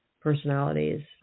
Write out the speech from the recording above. personalities